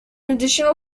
additional